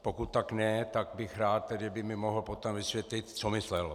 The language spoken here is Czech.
Pokud ne, tak bych rád, kdyby mi mohl potom vysvětlit, co myslel.